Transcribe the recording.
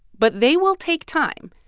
but they will take time.